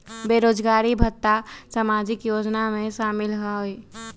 बेरोजगारी भत्ता सामाजिक योजना में शामिल ह ई?